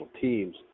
teams